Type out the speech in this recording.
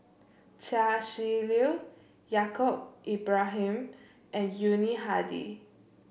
Chia Shi Lu Yaacob Ibrahim and Yuni Hadi